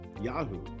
Yahoo